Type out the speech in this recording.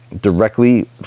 directly